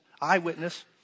eyewitness